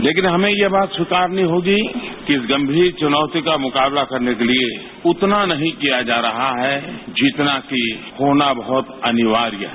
लेकिन हमें यह बात स्वीकारनी होगीकि इस गंभीर चुनौती का मुकाबला करने के लिए उतना नहीं किया जा रहा है जितना की होनाबहत अनिवार्य है